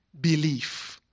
belief